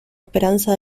esperanza